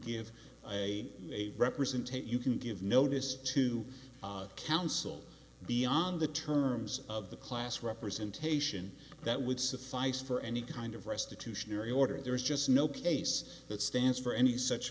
give a representation you can give notice to counsel beyond the terms of the class representation that would suffice for any kind of restitution order there is just no case that stands for any such